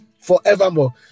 forevermore